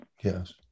Yes